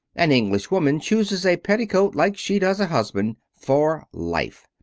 an english woman chooses a petticoat like she does a husband for life.